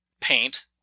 paint